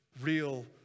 real